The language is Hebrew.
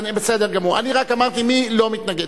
בסדר גמור, אני רק אמרתי: מי לא מתנגד.